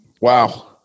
wow